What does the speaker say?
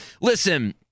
listen